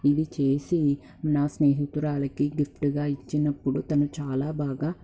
ఇది చేసి నా స్నేహితురాలికి గిఫ్టుగా ఇచ్చినప్పుడు తను చాలా బాగా